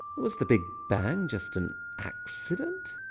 was the big bang just an accident?